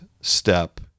step